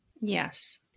yes